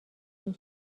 این